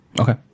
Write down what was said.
Okay